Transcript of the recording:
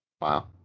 Wow